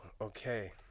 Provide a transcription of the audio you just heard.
okay